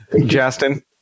Justin